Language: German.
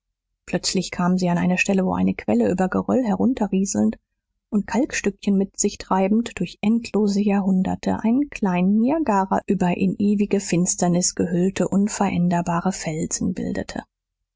plötzlich kamen sie an eine stelle wo eine quelle über geröll herunterrieselnd und kalkstückchen mit sich treibend durch endlose jahrhunderte einen kleinen niagara über in ewige finsternis gehüllte unveränderbare felsen bildete